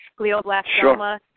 Glioblastoma